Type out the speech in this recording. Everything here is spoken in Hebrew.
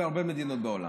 בהרבה מדינות בעולם,